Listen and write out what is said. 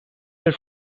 were